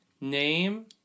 name